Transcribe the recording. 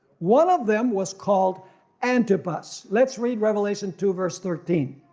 one of them was called antipas. lets read revelation two verse thirteen.